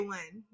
one